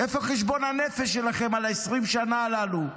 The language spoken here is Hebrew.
איפה חשבון הנפש שלכם על 20 השנים הללו?